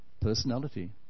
Personality